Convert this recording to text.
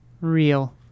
Real